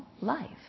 life